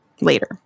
later